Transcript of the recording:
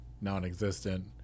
non-existent